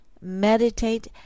meditate